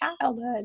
childhood